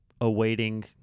awaiting